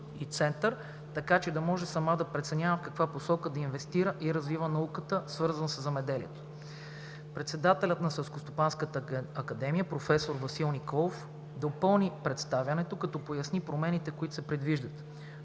и център, така че да може сама да преценява в каква посока да инвестира и развива науката, свързана със земеделието. Председателят на ССА професор Васил Николов допълни представянето, като поясни промените, които се предвиждат.